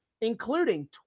including